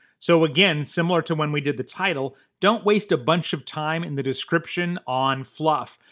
so again, similar to when we did the title, don't waste a bunch of time in the description on fluff.